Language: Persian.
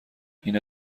اینا